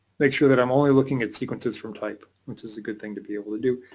make sure that i'm only looking at sequences from type, which is a good thing to be able to do.